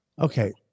Okay